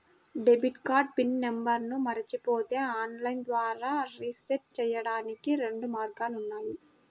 debit card pin నంబర్ను మరచిపోతే online ద్వారా రీసెట్ చెయ్యడానికి రెండు మార్గాలు ఉన్నాయి